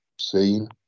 seen